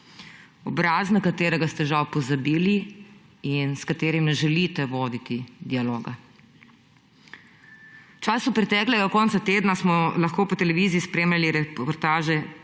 obraz, na katerega ste žal pozabili in s katerim želite voditi dialoga. V času preteklega konca tedna smo lahko po televiziji spremljali reportaže,